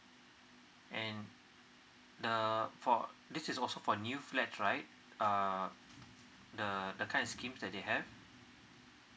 and the for this is also for new flats right uh the the kind of scheme that they have